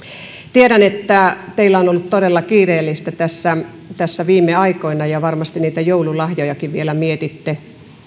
tiedän että teillä on ollut todella kiireistä tässä tässä viime aikoina ja varmasti niitä joululahjojakin vielä mietitte